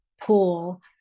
pool